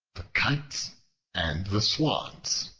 the kites and the swans